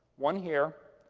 one here,